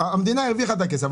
המדינה הרוויחה את הכסף,